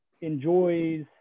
enjoys